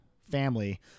family